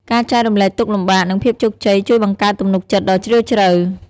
ការចែករំលែកទុក្ខលំបាក និងភាពជោគជ័យជួយបង្កើតទំនុកចិត្តដ៏ជ្រាលជ្រៅ។